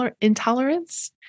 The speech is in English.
intolerance